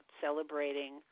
celebrating